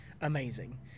amazing